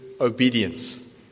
obedience